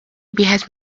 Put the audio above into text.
wieħed